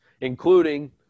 including